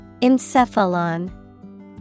Encephalon